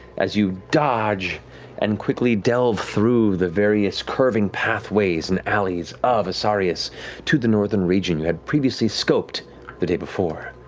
as you dodge and quickly delve through the various curving pathways and alleys of asarius to the northern region you had previously scoped the day before.